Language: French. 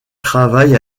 travaille